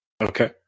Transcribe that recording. Okay